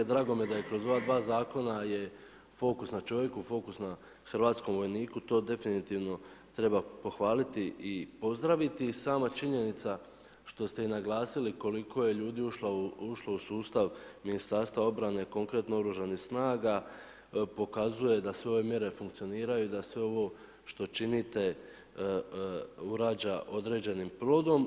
Drago mi je da je kroz ova dva zakona fokus na čovjeku, fokus na hrvatskom vojniku, to definitivno treba pohvaliti i pozdraviti i sama činjenica što ste i naglasili koliko je ljudi ušlo u sustav Ministarstva obrane, konkretno Oružanih snaga pokazuje da sve omjere funkcioniraju i da sve ovo što činite urađa određenim plodom.